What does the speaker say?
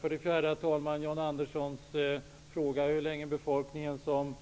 För det fjärde har vi John Anderssons fråga, hur länge befolkningen som